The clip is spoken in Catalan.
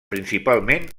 principalment